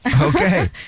Okay